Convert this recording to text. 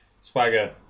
Swagger